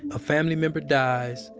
a family member dies,